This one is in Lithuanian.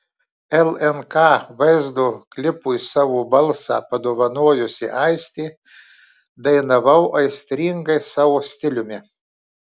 lnk vaizdo klipui savo balsą padovanojusi aistė dainavau aistringai savo stiliumi